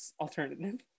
alternative